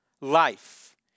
life